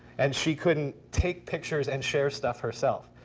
and she couldn't take pictures and share stuff herself.